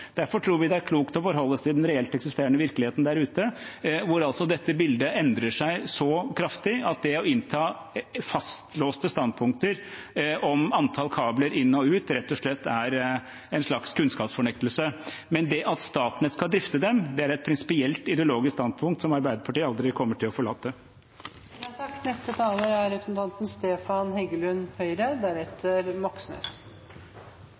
Derfor tror vi det er klokt å forholde seg til den reelt eksisterende virkeligheten der ute, hvor dette bildet altså endrer seg så kraftig at det å innta fastlåste standpunkter om antall kabler inn og ut rett og slett er en slags kunnskapsfornektelse. Men det at Statnett skal drifte dem, er et prinsipielt, ideologisk standpunkt som Arbeiderpartiet aldri kommer til å forlate. Jeg er veldig glad for det siste som representanten